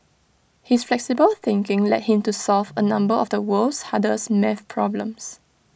his flexible thinking led him to solve A number of the world's hardest math problems